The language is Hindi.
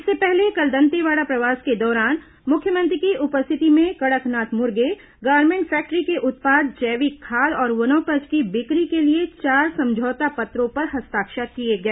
इससे पहले कल दंतेवाड़ा प्रवास के दौरान मुख्यमंत्री की उपस्थिति में कड़कनाथ मुर्गे गारमेंट फैक्ट्री के उत्पाद जैविक खाद और वनोपज की बिक्री के लिए चार समझौता पत्रों पर हस्ताक्षर किए गए